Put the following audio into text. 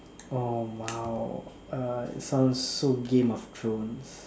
oh !wow! uh sounds so Game of Thrones